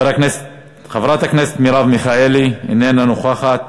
חברת הכנסת מרב מיכאלי, איננה נוכחת,